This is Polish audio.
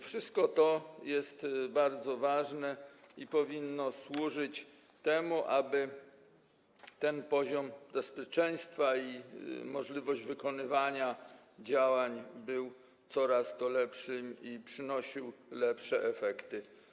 Wszystko to jest bardzo ważne i powinno służyć temu, aby poziom bezpieczeństwa i możliwość wykonywania działań były coraz lepsze i przynosiły lepsze efekty.